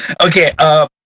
Okay